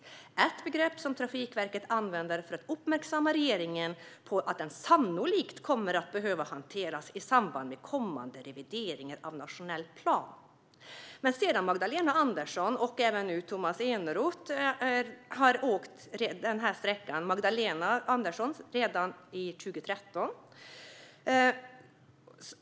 Det är ett begrepp som Trafikverket använder för att uppmärksamma regeringen på att den sannolikt kommer att behöva hanteras i samband med kommande revideringar av nationell plan. Sedan har Magdalena Andersson och även Tomas Eneroth åkt den här sträckan. Magdalena Andersson åkte redan 2013.